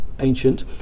Ancient